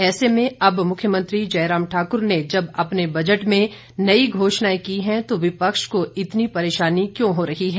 ऐसे में अब मुख्यमंत्री जयराम ठाकुर ने जब अपने बजट में नई घोषणाएं की हैं तो विपक्ष को इतनी परेशानी क्यों हो रही है